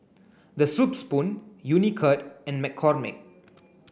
The Soup Spoon Unicurd and McCormick